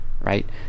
right